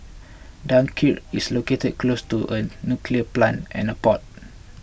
Dunkirk is located close to a nuclear plant and a port